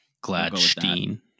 Gladstein